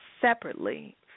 separately